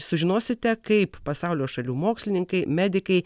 sužinosite kaip pasaulio šalių mokslininkai medikai